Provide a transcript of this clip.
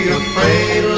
afraid